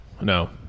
No